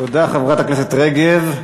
תודה, חברת הכנסת רגב.